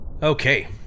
okay